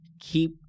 keep